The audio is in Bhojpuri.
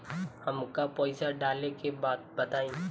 हमका पइसा डाले के बा बताई